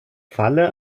falle